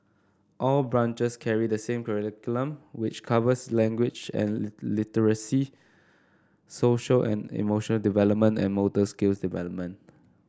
all branches carry the same curriculum which covers language and literacy social and emotional development and motor skills development